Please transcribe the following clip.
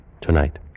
Tonight